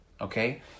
okay